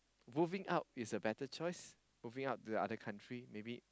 moving out is a better choice moving out to another country